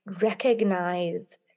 recognize